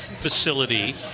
facility